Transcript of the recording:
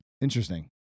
Interesting